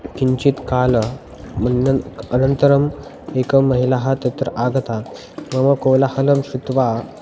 किञ्चित् कालं मण्डन अनन्तरम् एका महिला तत्र आगता मम कोलाहलं श्रुत्वा